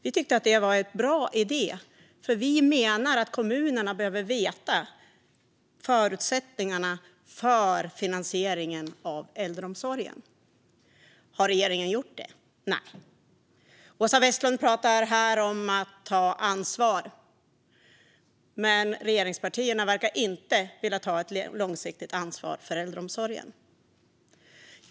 Vi tyckte att det var en bra idé, för vi menar att kommunerna behöver veta förutsättningarna för finansieringen av äldreomsorgen. Har regeringen gjort som vi föreslog? Nej. Åsa Westlund pratar här om att ta ansvar, men regeringspartierna verkar inte vilja ta ett långsiktigt ansvar för äldreomsorgen.